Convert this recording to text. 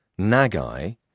Nagai